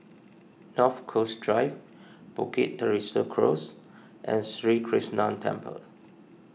North Coast Drive Bukit Teresa Close and Sri Krishnan Temple